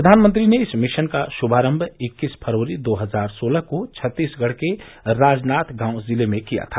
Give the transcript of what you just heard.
प्रधानमंत्री ने इस मिशन का शुभारंभ इक्कीस फरवरी दो हजार सोलह को छत्तीसगढ़ के राजनाथगांव जिले में किया था